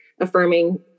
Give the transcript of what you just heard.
affirming